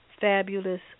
fabulous